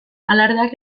alardeak